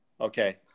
okay